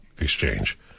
Exchange